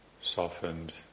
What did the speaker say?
softened